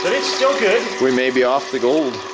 and it's still good. we may be off the gold.